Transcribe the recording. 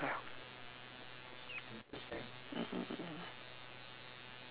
mm